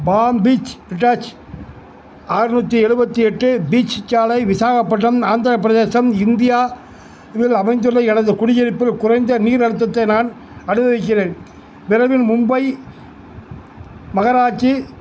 bomb Beach ரிடாச்சு ஆறு நூற்றி எழுவத்தி எட்டு பீச் சாலை விசாகப்பட்டினம் ஆந்திரப் பிரதேசம் இந்தியா வில் அமைந்துள்ள எனது குடியிருப்பில் குறைந்த நீர் அழுத்தத்தை நான் அனுபவிக்கிறேன் பிரஹன் மும்பை மகராட்சி